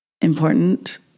important